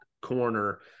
corner